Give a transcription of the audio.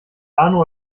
arno